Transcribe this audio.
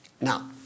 Now